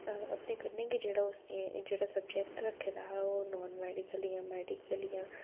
अपने कन्नै गै उसने जेह्ड़ा सब्जैक्ट रक्खे दा हा ओह् नान मैडिकल जां मैडिकल जां